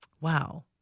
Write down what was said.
Wow